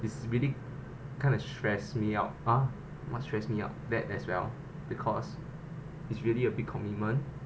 it's really kind of stress me out ah what stress me out that as well because it's really a big commitment